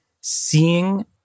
seeing